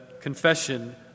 confession